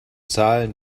zahlen